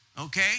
okay